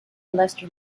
leicester